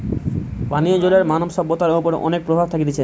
পানীয় জলের মানব সভ্যতার ওপর অনেক প্রভাব থাকতিছে